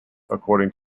according